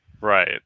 Right